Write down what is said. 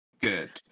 Good